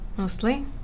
Mostly